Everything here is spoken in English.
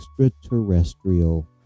extraterrestrial